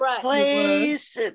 place